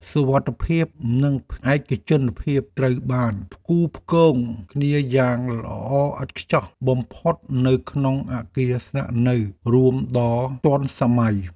សុវត្ថិភាពនិងឯកជនភាពត្រូវបានផ្គូរផ្គងគ្នាយ៉ាងល្អឥតខ្ចោះបំផុតនៅក្នុងអគារស្នាក់នៅរួមដ៏ទាន់សម័យ។